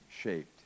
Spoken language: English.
shaped